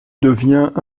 devient